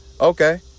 Okay